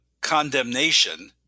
Condemnation